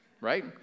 right